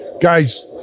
Guys